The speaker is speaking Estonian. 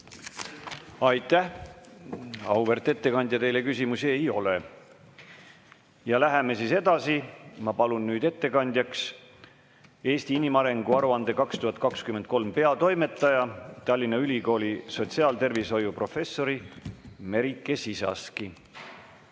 Aitäh, auväärt ettekandja! Teile küsimusi ei ole. Läheme edasi, ma palun nüüd ettekandjaks “Eesti inimarengu aruande 2023” peatoimetaja, Tallinna Ülikooli sotsiaaltervishoiu professori Merike Sisaski.